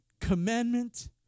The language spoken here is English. commandment